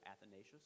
Athanasius